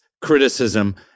criticism